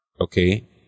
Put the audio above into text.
Okay